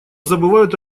забывают